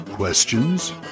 Questions